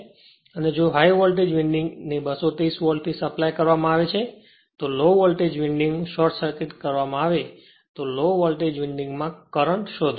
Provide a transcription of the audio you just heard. અને જો high voltage winding ને 230 વોલ્ટથી સપ્લાય કરવામાં આવે છે તો low voltage winding short circuit કરવામાં આવે તો લો વોલ્ટેજ વિન્ડિંગ માં કરંટ શોધો